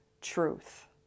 truth